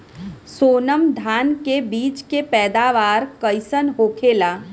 सोनम धान के बिज के पैदावार कइसन होखेला?